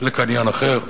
לקניין אחר,